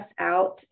out